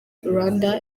rwanda